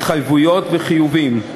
התחייבויות וחיובים.